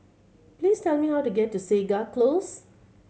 please tell me how to get to Segar Close